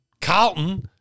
Carlton